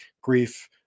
grief